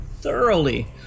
thoroughly